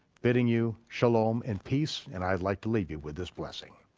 bidding you shalom in peace, and i'd like to leave you with this blessing.